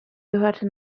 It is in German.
gehörte